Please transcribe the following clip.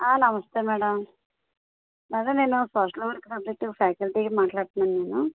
నమస్తే madam madam అదే నేను ఫస్ట్ ఫ్లోర్ సబ్జెక్టివ్ ఫాకల్టీని మాట్లాడుతున్నాను మ్యాడమ్